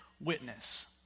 witness